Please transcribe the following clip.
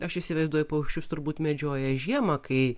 aš įsivaizduoju paukščius turbūt medžioja žiemą kai